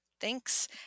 thanks